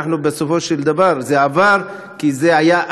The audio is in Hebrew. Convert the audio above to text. בסופו של דבר זה עבר, כי הייתה אגרסיביות,